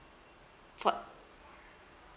for